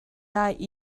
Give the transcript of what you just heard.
lai